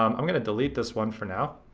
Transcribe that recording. um i'm gonna delete this one for now.